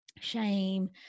shame